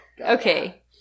Okay